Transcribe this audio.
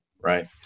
right